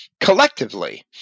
collectively